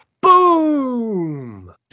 Boom